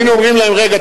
היינו אומרים להם: רגע,